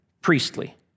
priestly